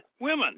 women